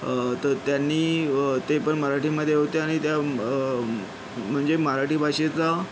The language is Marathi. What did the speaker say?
तर त्यांनी ते पण मराठीमध्ये होत्या आणि त्या म्हणजे मराठी भाषेचा